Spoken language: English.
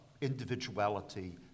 individuality